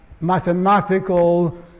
mathematical